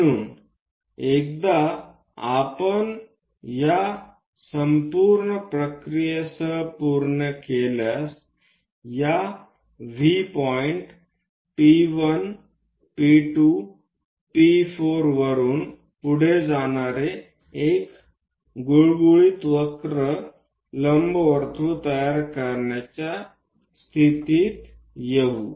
म्हणून एकदा आपण या संपूर्ण प्रक्रियेसह पूर्ण केल्यास या V बिंदू P1 P2 P4 वरून पुढे जाणारे एक गुळगुळीत वक्र लंबवर्तुळ तयार करण्याच्या स्थितीत येऊ